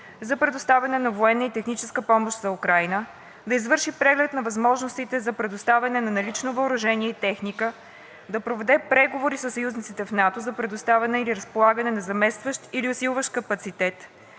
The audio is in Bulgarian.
за предоставяне на военна и техническа помощ за Украйна, да извърши преглед на възможностите за предоставяне на налично въоръжение и техника, да проведе преговори със съюзниците в НАТО за предоставяне или разполагане на заместващ или усилващ капацитет,